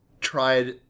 tried